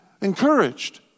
encouraged